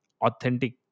authentic